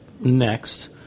next